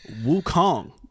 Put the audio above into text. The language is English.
Wukong